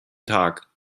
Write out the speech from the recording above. tag